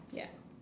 ya